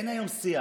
אין היום שיח,